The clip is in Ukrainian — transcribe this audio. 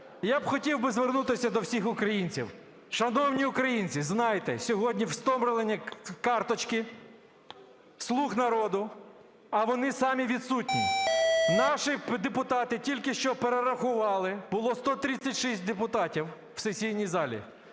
Я б хотів би звернутися до всіх українців. Шановні українці, знайте, сьогодні вставлені карточки "слуг народу", а вони самі відсутні. Наші депутати тільки що перерахували, було 136 депутатів в сесійній залі,